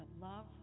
love